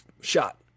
Shot